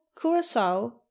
curacao